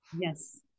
Yes